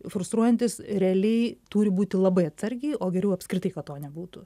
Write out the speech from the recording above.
frustruojantis realiai turi būti labai atsargiai o geriau apskritai kad to nebūtų